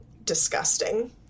disgusting